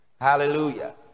Hallelujah